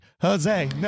Jose